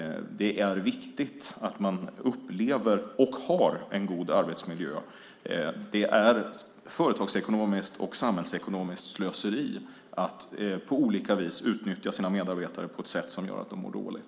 Det är viktigt att man upplever, och har, en god arbetsmiljö. Det är företagsekonomiskt och samhällsekonomiskt slöseri att på olika sätt utnyttja sina medarbetare på ett sätt så att de mår dåligt.